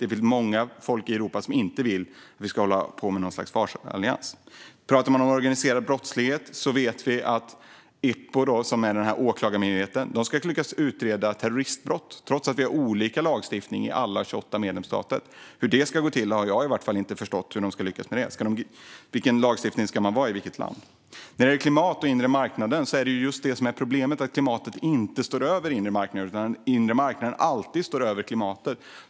Det finns många folk i Europa som inte vill att vi ska hålla på med något slags försvarsallians. När det gäller organiserad brottslighet vet vi att Eppo, den här åklagarmyndigheten, ska utreda terroristbrott trots att alla 28 medlemsstater har olika lagstiftningar. Hur ska det gå till? Jag har i varje fall inte förstått hur man ska lyckas med det. Vilken lagstiftning ska det vara i vilket land? När det gäller klimat och den inre marknaden är problemet just att klimatet inte står över den inre marknaden. Den inre marknaden står alltid över klimatet.